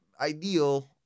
ideal